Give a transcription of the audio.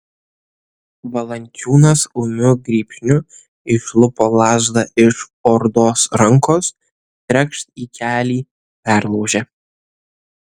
valančiūnas ūmiu grybšniu išlupo lazdą iš ordos rankos trekšt į kelį perlaužė